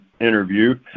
interview